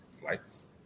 flights